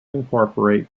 incorporate